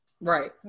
right